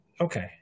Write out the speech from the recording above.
Okay